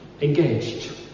engaged